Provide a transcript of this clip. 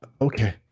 Okay